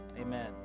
Amen